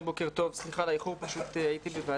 אני לא מתייחס לכך שחלק פשוט לא ירצו.